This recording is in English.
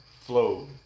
flow